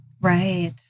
Right